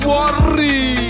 Worry